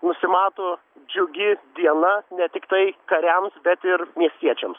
nusimato džiugi diena ne tiktai kariams bet ir miestiečiams